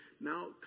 now